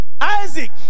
Isaac